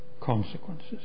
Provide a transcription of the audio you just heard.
consequences